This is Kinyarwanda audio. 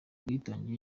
ubwitange